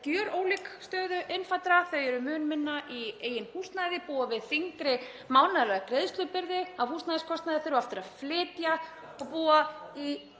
gjörólík stöðu innfæddra, þau eru mun minna í eigin húsnæði, búa við þyngri mánaðarlega greiðslubyrði af húsnæðiskostnaði, þurfa oftar að flytja og búa í